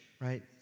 right